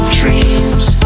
dreams